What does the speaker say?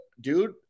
dude